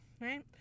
right